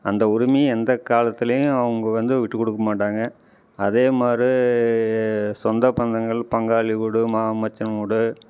அந்த உரிமையே எந்த காலத்துலையும் அவங்க வந்து விட்டு கொடுக்க மாட்டாங்க அதே மாரி சொந்த பந்தங்கள் பங்காளி வீடு மாமா மச்சான் வீடு